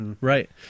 Right